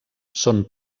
són